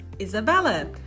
Isabella